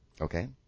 Okay